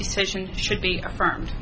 decision should be affirmed